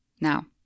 Now